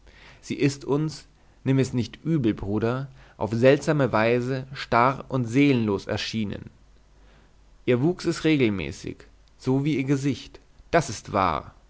sie ist uns nimm es nicht übel bruder auf seltsame weise starr und seelenlos erschienen ihr wuchs ist regelmäßig so wie ihr gesicht das ist wahr